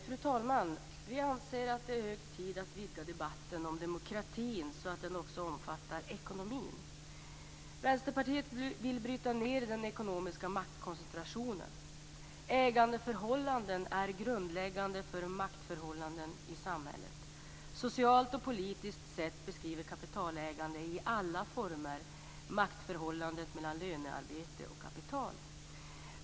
Fru talman! Vi anser att det är hög tid att vidga debatten om demokratin så att den också omfattar ekonomin. Vänsterpartiet vill bryta ned den ekonomiska maktkoncentrationen. Ägandeförhållanden är grundläggande för maktförhållandena i samhället. Socialt och politiskt sett beskriver kapitalägande i alla former maktförhållandet mellan lönearbete och kapital.